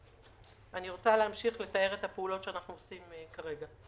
אני רוצה להמשיך לתאר את הפעולות שאנחנו עושים כרגע.